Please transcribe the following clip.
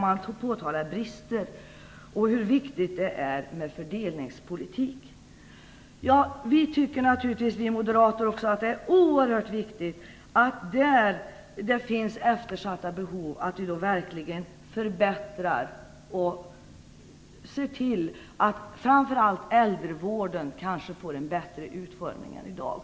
Man påtalar brister och framhåller hur viktigt det är med fördelningspolitik. Naturligtvis tycker också vi moderater att det är oerhört viktigt att vi verkligen förbättrar samhällets insatser där det finns eftersatta behov och att kanske framför allt äldrevården får en bättre utformning än i dag.